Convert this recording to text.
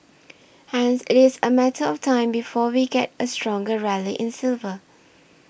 hence it is a matter of time before we get a stronger rally in silver